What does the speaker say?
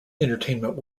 entertainment